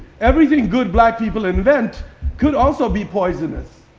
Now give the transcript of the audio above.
everything good black people invent could also be poisonous.